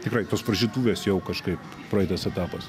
tikrai tos varžytuvės jau kažkaip praeitas etapas